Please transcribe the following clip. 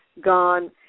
gone